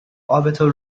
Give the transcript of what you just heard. orbital